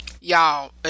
Y'all